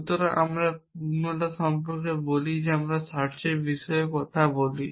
সুতরাং আমরা পূর্ণতা সম্পর্কে কথা বলি যখন আমরা সার্চএর বিষয়ে কথা বলি